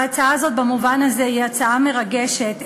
ההצעה הזאת במובן הזה היא הצעה מרגשת.